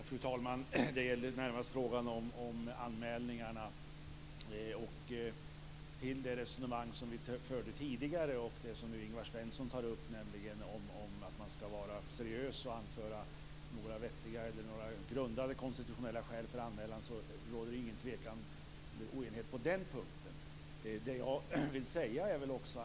Fru talman! Det gällde närmast frågan om anmälningarna. Det råder ingen oenighet om det resonemang vi förde tidigare och det som Ingvar Svensson nu tar upp om seriösa och grundade konstitutionella skäl för anmälan.